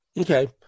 Okay